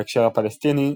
בהקשר הפלסטיני,